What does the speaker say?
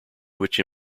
which